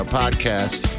podcast